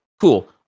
cool